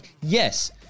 yes